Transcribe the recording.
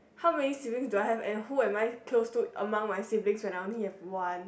how many siblings do I have and how am I close to among my siblings when I'm only have one